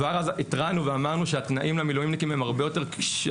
כבר אז התרענו ואמרנו שהתנאים למילואימניקים הם עם הרבה יותר קשיים.